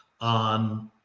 on